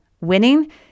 winning